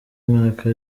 mwaka